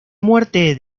muerte